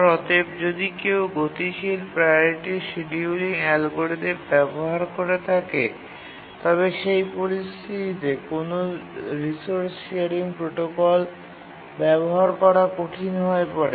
অতএব যদি কেউ গতিশীল প্রাওরিটি শিডিউলিং অ্যালগরিদম ব্যবহার করে থাকে তবে সেই পরিস্থিতিতে কোনও রিসোর্স শেয়ারিং প্রোটোকল ব্যবহার করা কঠিন হয়ে পড়ে